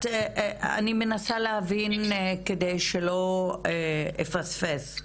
אני מנסה להבין כדי שלא אפספס,